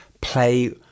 play